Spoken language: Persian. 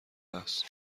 است